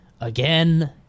Again